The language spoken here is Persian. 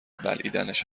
بلعیدنش